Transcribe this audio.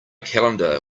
calendar